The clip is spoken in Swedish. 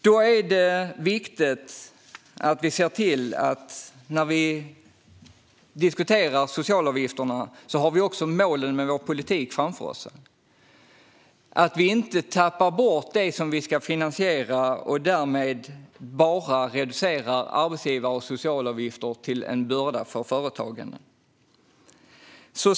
Då är det viktigt att vi när vi diskuterar socialavgifterna har målen med vår politik framför oss så att vi inte tappar bort det som vi ska finansiera och därmed reducerar arbetsgivar och socialavgifter till enbart en börda för företagen.